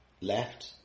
left